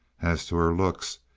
as to her looks,